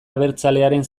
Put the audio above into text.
abertzalearen